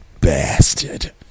bastard